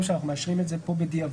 שלהן - אנחנו מאשרים את זה כאן בדיעבד